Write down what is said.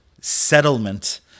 settlement